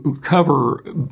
cover